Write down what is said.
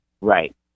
Right